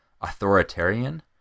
authoritarian